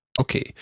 Okay